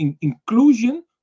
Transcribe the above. inclusion